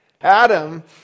Adam